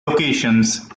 locations